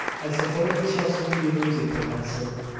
i suppose we shall soon be losing her, hester.